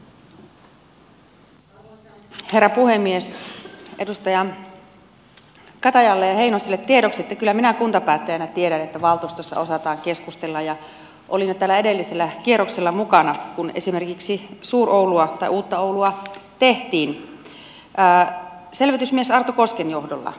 edustajille katajalle ja heinoselle tiedoksi että kyllä minä kuntapäättäjänä tiedän että valtuustossa osataan keskustella ja olin jo edellisellä kierroksella mukana kun esimerkiksi suur oulua tai uutta oulua tehtiin selvitysmies arto kosken johdolla